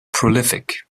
prolific